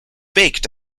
baked